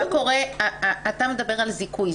אתה מדבר על זיכוי.